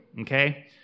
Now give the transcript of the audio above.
okay